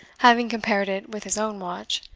having compared it with his own watch,